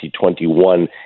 2021